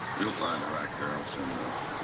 you'll find the right girl soon enough.